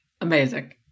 amazing